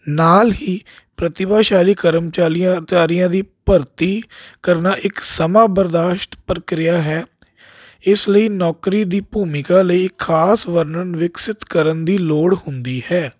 ਨਾਲ ਹੀ ਪ੍ਰਤੀਭਾਸ਼ਾਲੀ ਕਰਮਚਾਰੀਆਂ ਚਾਰੀਆਂ ਦੀ ਭਰਤੀ ਕਰਨਾ ਇੱਕ ਸਮਾਂ ਬਰਦਾਸ਼ਤ ਪ੍ਰਕਿਰਿਆ ਹੈ ਇਸ ਲਈ ਨੌਕਰੀ ਦੀ ਭੂਮਿਕਾ ਲਈ ਖ਼ਾਸ ਵਰਨਣ ਵਿਕਸਿਤ ਕਰਨ ਦੀ ਲੋੜ ਹੁੰਦੀ ਹੈ